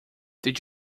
did